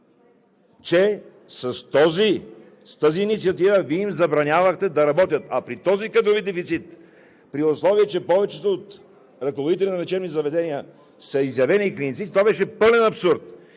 че с тази инициатива Вие им забранявахте да работят, а при този кадрови дефицит, при условие че повечето от ръководителите на лечебни заведения са изявени клиницисти, това беше пълен абсурд.